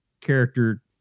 character